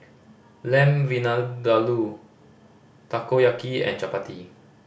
Lamb Vindaloo Takoyaki and Chapati